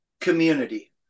community